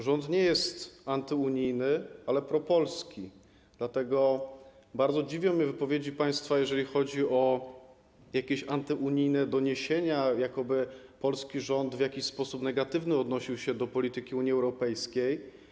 Rząd nie jest antyunijny, ale propolski, dlatego bardzo dziwią mnie wypowiedzi państwa, jeżeli chodzi o jakieś antyunijne doniesienia, jakoby polski rząd w jakiś sposób negatywnie odnosił się do polityki Unii Europejskiej.